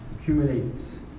accumulates